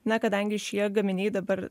na kadangi šie gaminiai dabar